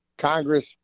Congress